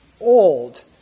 old